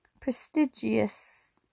prestigious